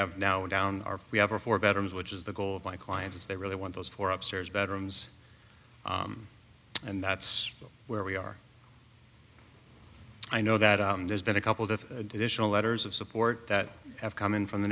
have now we're down are we have a four bedrooms which is the goal of my clients is they really want those four upstairs bedrooms and that's where we are i know that there's been a couple of additional letters of support that have come in from the